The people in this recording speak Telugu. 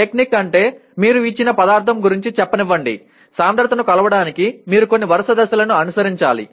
టెక్నిక్ అంటే మీరు ఇచ్చిన పదార్థం గురించి చెప్పనివ్వండి సాంద్రతను కొలవడానికి మీరు కొన్ని వరుస దశలను అనుసరించాలి